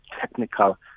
technical